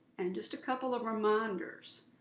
and just a couple of reminders,